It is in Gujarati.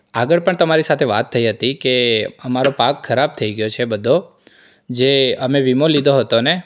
આગળ પણ તમારી સાથે વાત થઈ હતી કે અમારો પાક ખરાબ થઈ ગયો છે બધો જે અમે વીમો લીધો હતો ને